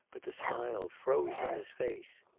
but the smile froze on his face.